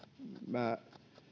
minä